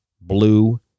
blue